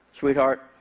Sweetheart